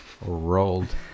Rolled